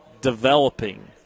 developing